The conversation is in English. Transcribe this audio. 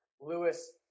Lewis